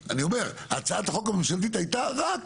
הצעת החוק הממשלתית הייתה רק